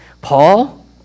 Paul